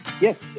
Yes